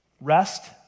Rest